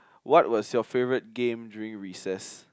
what was your favourite game during recess